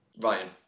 Ryan